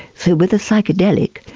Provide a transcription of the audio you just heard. so with a psychedelic,